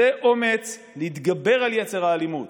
זה אומץ להתגבר על יצר האלימות,